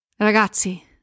ragazzi